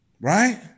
Right